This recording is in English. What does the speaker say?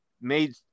made